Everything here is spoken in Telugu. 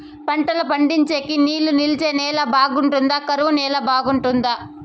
పంట పండించేకి నీళ్లు నిలిచే నేల బాగుంటుందా? కరువు నేల బాగుంటుందా?